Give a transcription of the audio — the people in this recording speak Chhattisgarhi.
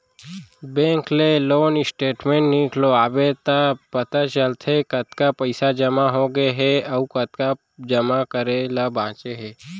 बेंक ले लोन स्टेटमेंट निकलवाबे त पता चलथे के कतका पइसा जमा हो गए हे अउ कतका जमा करे ल बांचे हे